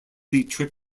weekly